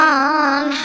on